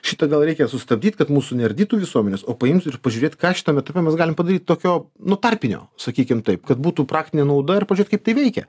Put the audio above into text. šitą gal reikia sustabdyt kad mūsų neardytų visuomenės o paimt ir pažiūrėt ką šitam etape mes galim padaryt tokio nu tarpinio sakykim taip kad būtų praktinė nauda ir pažiūrėt kaip tai veikia